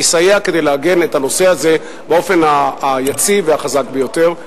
יסייע לעגן את הנושא הזה באופן היציב והחזק ביותר.